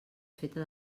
feta